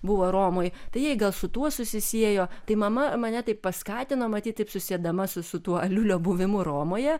buvo romoj tai jai gal su tuo susisiejo tai mama mane taip paskatino matyt taip susiedama su tuo aliulio buvimu romoje